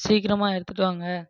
சீக்கிரமாக எடுத்துகிட்டு வாங்க